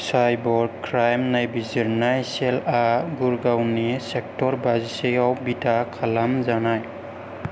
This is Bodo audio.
साइबर क्राइम नायबिजिरनाय सेलआ गुड़गावनि सेक्टर बाजिसेआव बिथा खालामजानाय